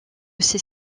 ses